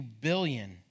billion